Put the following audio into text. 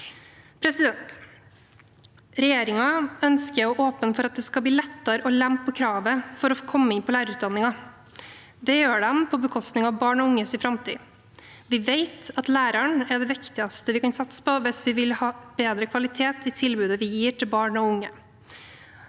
økte. Regjeringen ønsker å åpne for at det skal bli lettere å lempe på kravet for å komme inn på lærerutdanningen. Det gjør den på bekostning av barn og unges framtid. Vi vet at læreren er det viktigste vi kan satse på hvis vi vil ha bedre kvalitet i tilbudet vi gir til barn og unge.